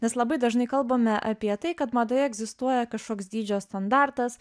nes labai dažnai kalbame apie tai kad madoje egzistuoja kažkoks dydžio standartas